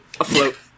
afloat